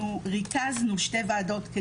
אנחנו ריכזנו שתי ועדות.